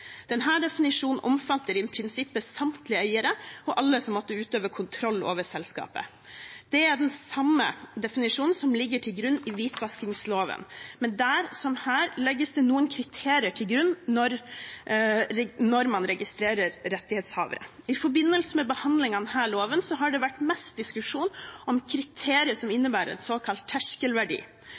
definisjonen omfatter i prinsippet samtlige eiere og alle som måtte utøve kontroll over selskapet. Det er den samme definisjonen som ligger til grunn i hvitvaskingsloven, men der som her legges det noen kriterier til grunn når man registrerer rettighetshavere. I forbindelse med behandlingen av denne loven har det vært mest diskusjon om kriterier som innebærer en såkalt terskelverdi.